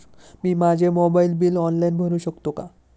मी माझे mobile bill online भरू शकते का?